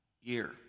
year